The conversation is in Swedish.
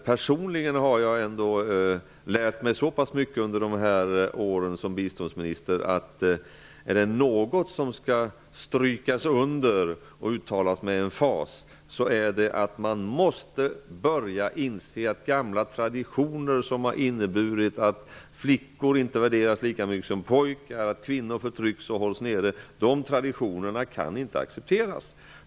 Personligen har jag ändå lärt mig så pass mycket under dessa år såsom biståndsminister att om det är något som skall strykas under och uttalas med emfas är det att man måste börja inse att gamla traditioner, som har inneburit att flickor inte värderas lika högt som pojkar och att kvinnor förtrycks och hålls nere, inte längre kan accepteras.